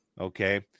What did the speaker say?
Okay